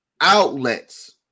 outlets